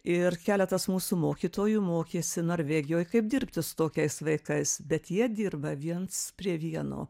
ir keletas mūsų mokytojų mokėsi norvegijoj kaip dirbti su tokiais vaikais bet jie dirba viens prie vieno